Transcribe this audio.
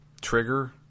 trigger